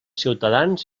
ciutadans